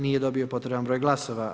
Nije dobio potreban broj glasova.